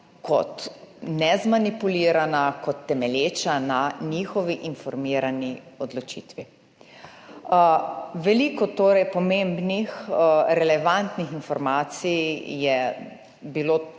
kot nezmanipulirana, kot temelječa na njihovi informirani odločitvi. Veliko pomembnih, relevantnih informacij je bilo